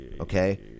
Okay